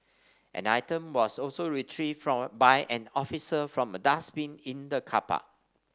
an item was also retrieved by an officer from a dustbin in the car park